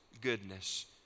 goodness